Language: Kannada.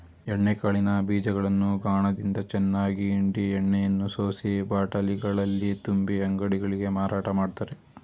ಎಣ್ಣೆ ಕಾಳಿನ ಬೀಜಗಳನ್ನು ಗಾಣದಿಂದ ಚೆನ್ನಾಗಿ ಹಿಂಡಿ ಎಣ್ಣೆಯನ್ನು ಸೋಸಿ ಬಾಟಲಿಗಳಲ್ಲಿ ತುಂಬಿ ಅಂಗಡಿಗಳಿಗೆ ಮಾರಾಟ ಮಾಡ್ತರೆ